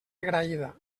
agraïda